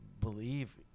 believe